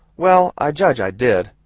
well, i judge i did.